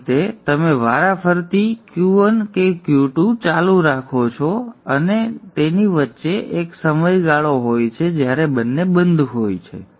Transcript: તેથી આ રીતે તમે વારાફરતી Q1 Q2 Q1 Q2 Q2 ચાલુ રાખો છો અને તેની વચ્ચે એક સમયગાળો હોય છે જ્યારે બંને બંધ હોય છે